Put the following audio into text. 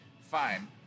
Fine